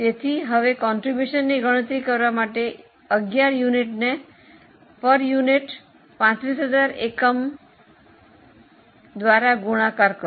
તેથી હવે ફાળો ગણતરી કરવા માટે 11 યુનિટ દીઠને 35000 એકમો દ્વારા ગુણાકાર કરો